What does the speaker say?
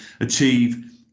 achieve